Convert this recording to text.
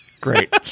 great